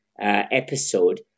episode